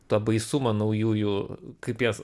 tą baisumą naujųjų kaip jas